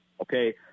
Okay